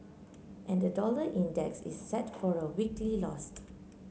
and the dollar index is set for a weekly lost